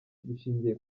bishingiye